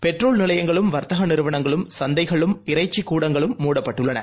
petrol நிலையங்களும் வர்த்தகநிறுவனங்களும் சந்தைகளும் இறைச்சிக் கூடங்களும் முடப்பட்டுள்ளன